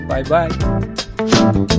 Bye-bye